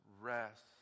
rest